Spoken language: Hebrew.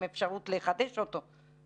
עם אפשרות לחדש אותו.